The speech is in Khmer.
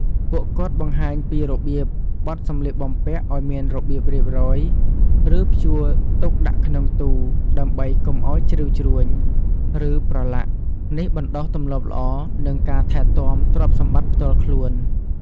ពួកគាត់បង្ហាញពីរបៀបបត់សម្លៀកបំពាក់ឲ្យមានរបៀបរៀបរយ ឬព្យួរទុកដាក់ក្នុងទូ ដើម្បីកុំឲ្យជ្រីវជ្រួញ ឬប្រឡាក់។ នេះបណ្ដុះទម្លាប់ល្អ និងការថែទាំទ្រព្យសម្បត្តិផ្ទាល់ខ្លួន។